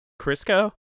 Crisco